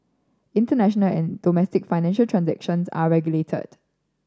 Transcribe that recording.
international and domestic financial transactions are regulated